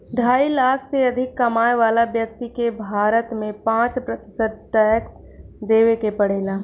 ढाई लाख से अधिक कमाए वाला व्यक्ति के भारत में पाँच प्रतिशत टैक्स देवे के पड़ेला